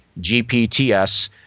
gpts